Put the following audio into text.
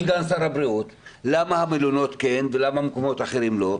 אנחנו שאלנו את סגן שר הבריאות למה המלונות כן ולמה מקומות אחרים לא,